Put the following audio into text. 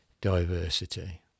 diversity